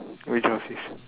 which office